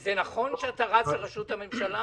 זה נכון שאתה רץ לראשות הממשלה?